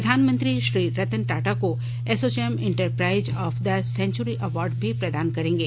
प्रधानमंत्री श्री रतन टाटा को ASSOCHAM enterprise of the century award भी प्रदान करेंगे